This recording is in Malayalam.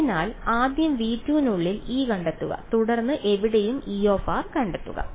അതിനാൽ ആദ്യം V2 നുള്ളിൽ E കണ്ടെത്തുക തുടർന്ന് എവിടെയും E കണ്ടെത്തുക